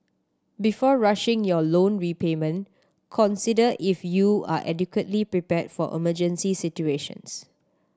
before rushing your loan repayment consider if you are adequately prepared for emergency situations